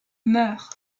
meurt